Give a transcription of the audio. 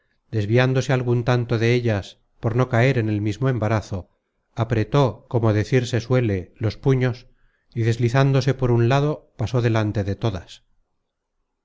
search generated at de ellas por no caer en el mismo embarazo apretó como decirse suele los puños y deslizándose por un lado pasó delante de todas